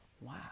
Wow